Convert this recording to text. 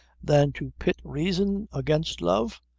than to pit reason against love.